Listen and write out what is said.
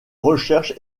recherche